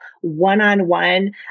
one-on-one